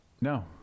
No